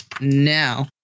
now